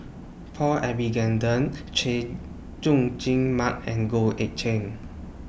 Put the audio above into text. Paul Chay Jung Jun Mark and Goh Eck Kheng